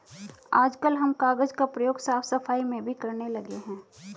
आजकल हम कागज का प्रयोग साफ सफाई में भी करने लगे हैं